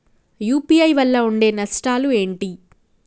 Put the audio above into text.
UPI వల్ల ఉండే నష్టాలు ఏంటి??